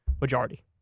majority